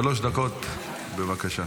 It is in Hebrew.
שלוש דקות, בבקשה.